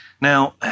Now